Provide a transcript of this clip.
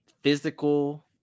physical